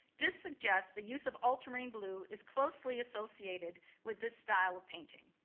this suggests the use of ultramarine blue is closely associated with this style of painting.